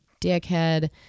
dickhead